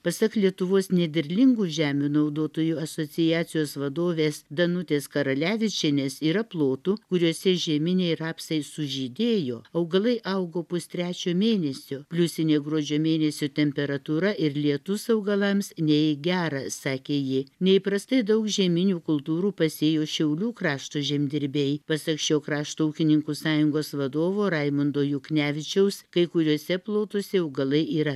pasak lietuvos nederlingų žemių naudotojų asociacijos vadovės danutės karalevičienės yra plotų kuriuose žieminiai rapsai sužydėjo augalai augo pustrečio mėnesio pliusinė gruodžio mėnesio temperatūra ir lietus augalams ne į gera sakė ji neįprastai daug žieminių kultūrų pasėjo šiaulių krašto žemdirbiai pasak šio krašto ūkininkų sąjungos vadovo raimundo juknevičiaus kai kuriuose plotuose augalai yra